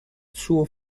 suo